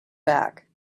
back